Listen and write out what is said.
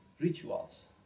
rituals